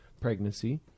pregnancy